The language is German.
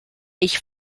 ich